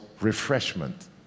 refreshment